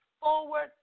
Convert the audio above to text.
forward